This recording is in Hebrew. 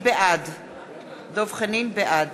בעד